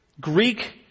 Greek